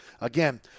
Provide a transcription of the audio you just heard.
again